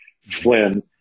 Flynn